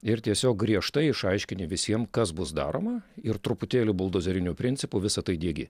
ir tiesiog griežtai išaiškini visiem kas bus daroma ir truputėlį buldozeriniu principu visa tai diegi